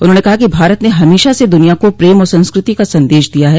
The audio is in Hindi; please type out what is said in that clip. उन्होंने कहा कि भारत ने हमेशा से दुनिया को प्रेम और संस्कृति का संदेश दिया है